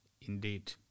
indeed